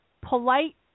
polite